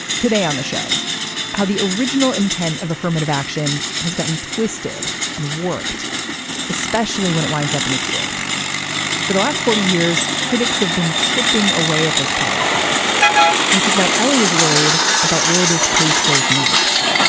today on the show how the original intent of affirmative action has gotten twisted and warped especially when it winds up in the court for the last forty years critics have been chipping away at this policy which is why l a. is worried about where this case goes next.